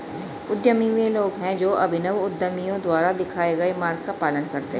उद्यमी वे लोग हैं जो अभिनव उद्यमियों द्वारा दिखाए गए मार्ग का पालन करते हैं